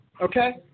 Okay